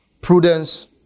Prudence